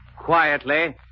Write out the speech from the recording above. quietly